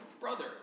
brother